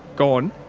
gone,